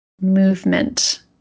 movement